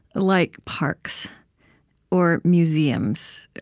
like parks or museums.